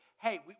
hey